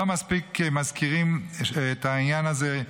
לא מספיק מזכירים את העניין הזה,